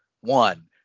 one